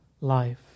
life